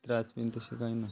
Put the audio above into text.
त्रास बीन तशें कांय ना